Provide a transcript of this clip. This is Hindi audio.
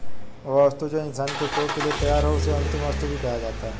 वह वस्तु जो इंसान के उपभोग के लिए तैयार हो उसे अंतिम वस्तु भी कहा जाता है